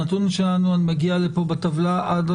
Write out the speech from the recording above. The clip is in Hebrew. הנתון שלנו מגיע בטבלה עד